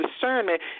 discernment